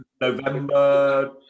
November